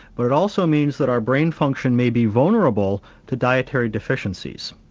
but it also means that our brain function may be vulnerable to dietary deficiencies.